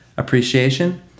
appreciation